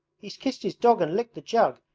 he's kissed his dog and licked the jug.